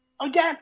Again